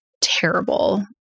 terrible